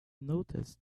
noticed